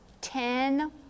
ten